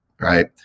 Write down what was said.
right